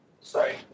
Sorry